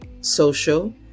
social